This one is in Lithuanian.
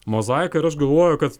mozaika ir aš galvoju kad